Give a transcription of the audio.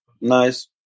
nice